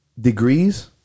degrees